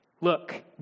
Look